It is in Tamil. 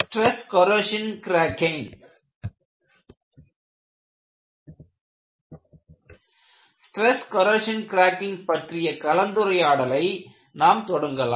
stress corrosion cracking stress corrosion cracking பற்றிய கலந்துரையாடலை நாம் தொடங்கலாம்